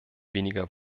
weniger